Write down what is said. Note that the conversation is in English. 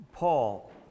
Paul